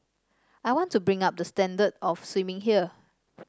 I want to bring up the standard of swimming here